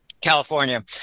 California